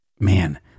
Man